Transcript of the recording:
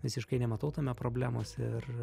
visiškai nematau tame problemos ir